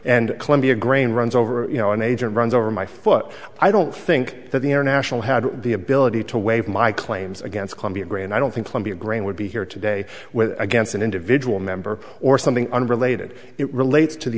and columbia grain runs over you know an agent runs over my foot i don't think that the international had the ability to waive my claims against colombia grain i don't think colombia grain would be here today with against an individual member or something unrelated it relates to the